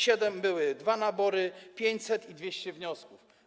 Siedem, były dwa nabory: 500 i 200 wniosków.